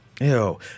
Ew